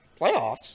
Playoffs